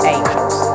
Angels